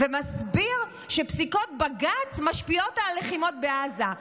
ומסביר שפסיקות בג"ץ משפיעות על הלחימות בעזה,